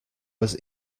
was